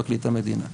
פרקליט המדינה.